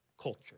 culture